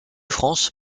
france